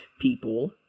people